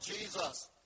Jesus